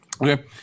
Okay